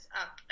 up